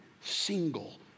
single